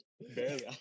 Barely